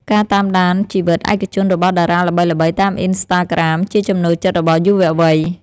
ការតាមដានជីវិតឯកជនរបស់តារាល្បីៗតាមអ៊ីនស្តាក្រាម ជាចំណូលចិត្តរបស់យុវវ័យ។